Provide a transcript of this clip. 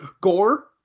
Gore